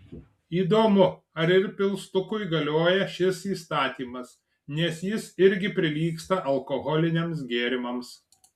įdomu ar ir pilstukui galioja šis įstatymas nes jis irgi prilygsta alkoholiniams gėrimams